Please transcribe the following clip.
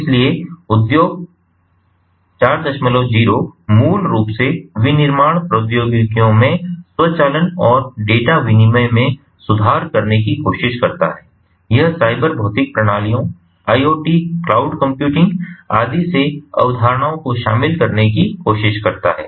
इसलिए उद्योग 40 मूल रूप से विनिर्माण प्रौद्योगिकियों में स्वचालन और डेटा विनिमय में सुधार करने की कोशिश करता है यह साइबर भौतिक प्रणालियों IoT क्लाउड कंप्यूटिंग आदि से अवधारणाओं को शामिल करने की कोशिश करता है